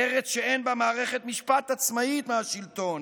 ארץ שאין בה מערכת משפט עצמאית מהשלטון